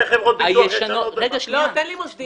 הרווחה והשירותים החברתיים חיים כץ: גם יש קרנות פנסיה חדשות וישנות.